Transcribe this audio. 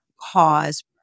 cause